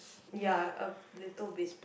ya a little bit